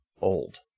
old